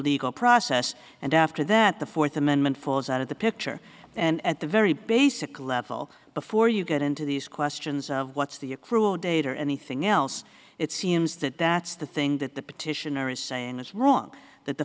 legal process and after that the fourth amendment falls out of the picture and at the very basic level before you get into these questions of what's the accrual date or anything else it seems that that's the thing that the petitioner is saying is wrong that the